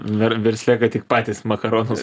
ver versle kad tik patys makaronus